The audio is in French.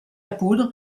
poudre